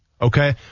Okay